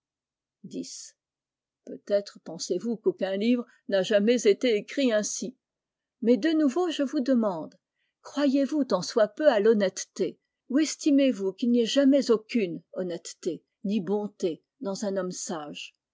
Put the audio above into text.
peut-être pensez-vous qu'aucun livre n'a jamais été écrit ainsi mais de nouveau je vous demande croyez-vous tant soit peu à l'honnêteté ou estimez-vous qu'il n'y ait jamais aucune honnêteté ni bonté dans un homme sage